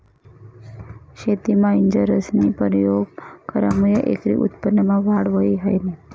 शेतीमा इंजिनियरस्नी परयोग करामुये एकरी उत्पन्नमा वाढ व्हयी ह्रायनी